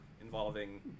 involving